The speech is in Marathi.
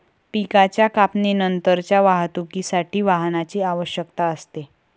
पिकाच्या कापणीनंतरच्या वाहतुकीसाठी वाहनाची आवश्यकता असते